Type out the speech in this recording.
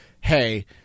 hey –